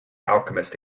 alchemist